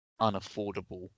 unaffordable